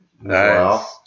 Nice